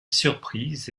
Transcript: surprise